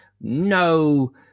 No